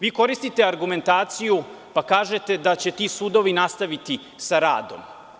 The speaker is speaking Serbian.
Vi koristite argumentaciju pa kažete da će ti sudovi nastaviti sa radom.